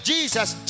Jesus